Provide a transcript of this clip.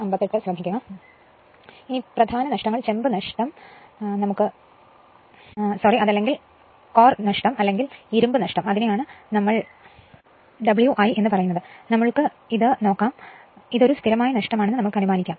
അതിനാൽ പ്രധാനമായി നമ്മൾ കണക്കാക്കുന്ന നഷ്ടങ്ങൾ കോർ നഷ്ടം അല്ലെങ്കിൽ ഇരുമ്പ് നഷ്ടം അതായത് Wi ഇത് ഒരു സ്ഥിരമായ നഷ്ടമാണെന്ന് നമുക്കു കരുതാം